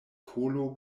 kolo